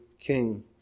King